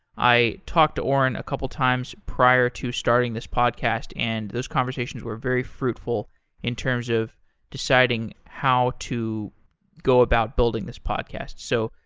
i talked to auren a couple of times prior to starting this podcast and those conversations were very fruitful in terms of deciding how to go about building this podcast. so,